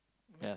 yeah